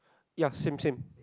ya same same